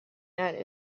net